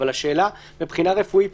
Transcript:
אבל השאלה מבחינה רפואית,